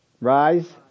Rise